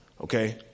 okay